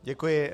Děkuji.